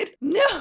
No